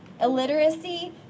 illiteracy